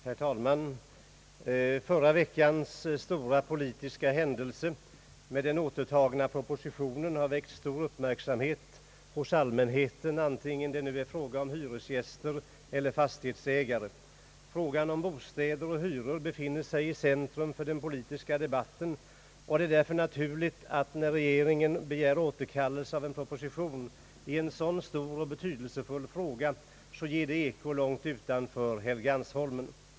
Herr talman! Förra veckans stora politiska händelse med den återtagna propositionen har väckt stor uppmärksamhet hos allmänheten, både hos hyresgäster och fastighetsägare. Frågan om bostäder och hyror befinner sig i centrum av den politiska debatten, och det är därför naturligt att när regeringen återkallar en proposition i en så stor och betydelsefull fråga, så ger det eko långt utanför Helgeandsholmen.